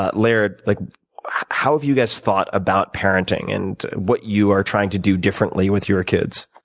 ah laird, like how have you guys thought about parenting and what you are trying to do differently with your kids?